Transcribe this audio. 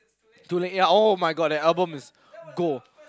too late ya [oh]-my-god that album is gold